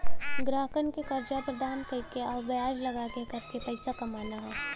ग्राहकन के कर्जा प्रदान कइके आउर ब्याज लगाके करके पइसा कमाना हौ